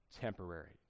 temporary